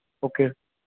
okay